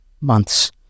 months